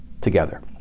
together